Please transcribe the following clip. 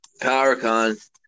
PowerCon